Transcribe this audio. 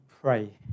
pray